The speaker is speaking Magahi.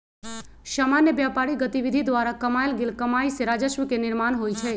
सामान्य व्यापारिक गतिविधि द्वारा कमायल गेल कमाइ से राजस्व के निर्माण होइ छइ